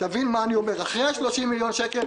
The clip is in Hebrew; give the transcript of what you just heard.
תבין מה אני אומר: אחרי ה-30 מיליון שקל.